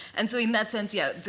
and so in that sense, yeah,